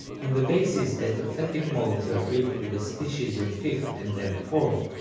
on the basis that authentic modes are built with the species of fifth and then fourth,